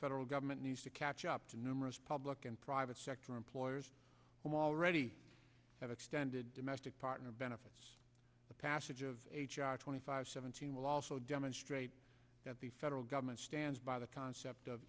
federal government needs to catch up to numerous public and private sector employers who already have extended domestic partner benefits the passage of h r twenty five seventeen will also demonstrate that the federal government stands by the concept of